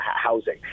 housing